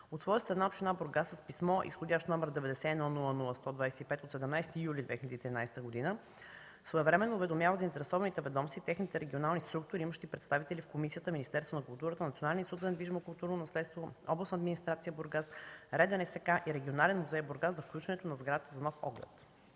От своя страна община Бургас с писмо с изх. № 91-00-125 от 17 юли 2013 г. своевременно уведомява заинтересованите ведомства и техните регионални структури, имащи представители в комисията: Министерството на културата, Националния институт за недвижимо културно наследство, Областна администрация – Бургас, РДНСК и Регионален музей – Бургас, за включването на сградата за нов оглед.